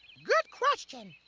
good question.